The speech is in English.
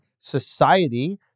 society